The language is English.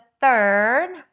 third